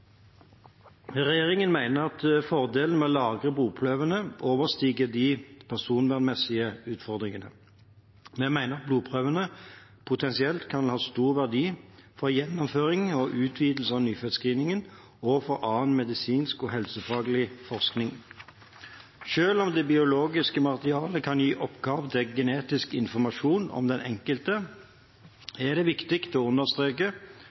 Regjeringen mener at fordelene med å lagre blodprøvene overstiger de personvernmessige utfordringene. Vi mener at blodprøvene potensielt kan ha stor verdi for gjennomføring og utvidelse av nyfødtscreeningen og for annen medisinsk og helsefaglig forskning. Selv om det biologiske materialet kan gi opphav til genetisk informasjon om den enkelte, er det viktig å understreke